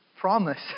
promise